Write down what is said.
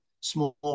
small